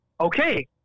okay